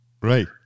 Right